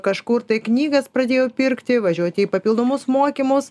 kažkur tai knygas pradėjau pirkti važiuoti į papildomus mokymus